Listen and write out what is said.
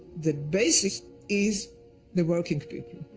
the basis is the working people,